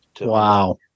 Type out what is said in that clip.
Wow